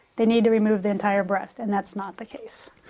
they need to remove the entire breast, and that's not the case.